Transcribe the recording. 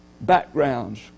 backgrounds